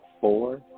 four